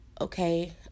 Okay